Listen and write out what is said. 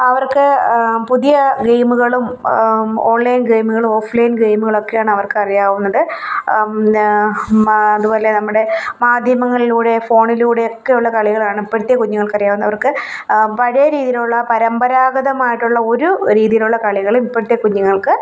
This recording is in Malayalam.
അവർക്ക് പുതിയ ഗേമുകളും ഓൺലൈൻ ഗേമുകളും ഓഫ്ലൈൻ ഗേമുകളൊക്കെയാണ് അവർക്കറിയാവുന്നത് അതുപോലെ നമ്മുടെ മാധ്യമങ്ങളിലൂടെ ഫോണിലൂടെയൊക്കെയുള്ള കളികളാണ് ഇപ്പോഴത്തെ കുഞ്ഞുങ്ങൾക്കറിയാവുന്നവർക്ക് പഴയ രീതിയിലുള്ള പരമ്പരാഗതമായിട്ടുള്ള ഒരു രീതിയിലുള്ള കളികളും ഇപ്പോഴത്തെ കുഞ്ഞുങ്ങൾക്ക്